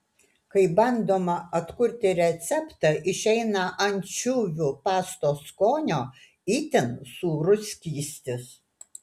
kai bandoma atkurti receptą išeina ančiuvių pastos skonio itin sūrus skystis